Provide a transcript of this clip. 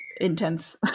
intense